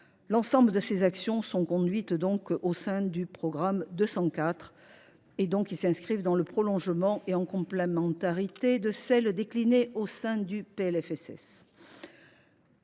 L’ensemble des actions conduites au sein du programme 204 s’inscrit dans le prolongement et en complémentarité de celles qui ont été déclinées au sein du PLFSS.